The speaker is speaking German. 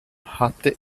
hatte